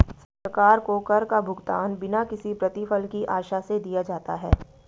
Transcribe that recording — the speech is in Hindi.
सरकार को कर का भुगतान बिना किसी प्रतिफल की आशा से दिया जाता है